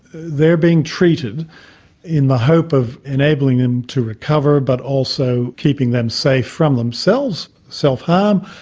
they're being treated in the hope of enabling them to recover but also keeping them safe from themselves, self-harm,